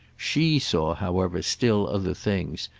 she saw, however, still other things,